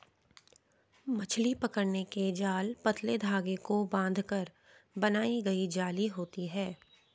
मछली पकड़ने के जाल पतले धागे को बांधकर बनाई गई जाली होती हैं